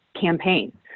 campaign